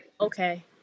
okay